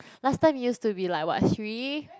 last time used to be like what three